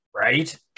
Right